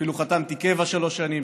ואפילו חתמתי קבע שלוש שנים,